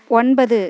ஒன்பது